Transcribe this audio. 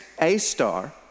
A-star